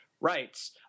rights